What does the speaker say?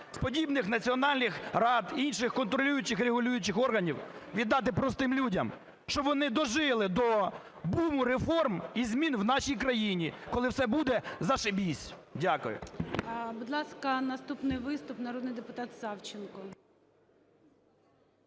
подібних національних рад, інших контролюючих і регулюючих органів, віддати простим людям, щоб вони дожили до буму реформ і змін в нашій країні, коли все буде зашибись. Дякую.